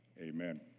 amen